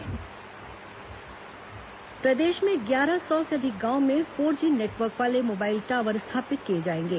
mobile tower प्रदेश में ग्यारह सौ से अधिक गांवों में फोर जी नेटवर्क वाले मोबाइल टॉवर स्थापित किए जाएंगे